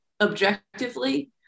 objectively